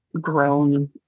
grown